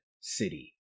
city